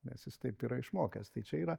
nes jis taip yra išmokęs tai čia yra